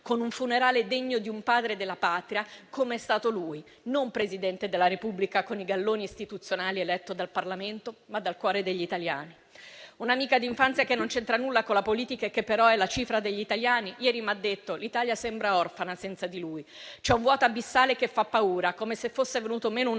con un funerale degno di un padre della Patria come è stato lui; non Presidente della Repubblica con i galloni istituzionali eletto dal Parlamento, ma dal cuore degli italiani. Un'amica d'infanzia che non c'entra nulla con la politica e che però è la cifra degli italiani ieri mi ha detto: l'Italia sembra orfana senza di lui; c'è un vuoto abissale che fa paura, come se fosse venuto meno un